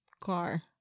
car